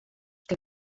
que